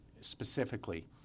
specifically